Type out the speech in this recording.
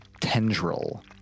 tendril